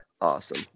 Awesome